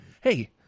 Hey